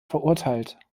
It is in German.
verurteilt